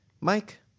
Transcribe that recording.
Mike